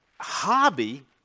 hobby